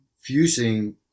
fusing